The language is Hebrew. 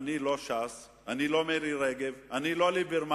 אני לא ש"ס, אני לא מירי רגב, אני לא ליברמן.